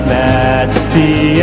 majesty